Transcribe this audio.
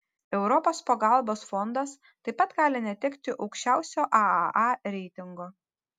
europos pagalbos fondas taip pat gali netekti aukščiausio aaa reitingo